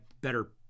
better